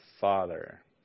father